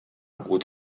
głód